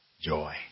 joy